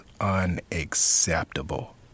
unacceptable